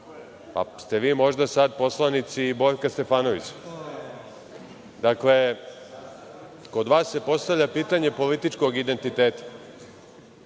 pa ste vi možda sada poslanici Borka Stefanovića. Dakle, kod vas se postavlja pitanje političkog identiteta,